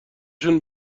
شون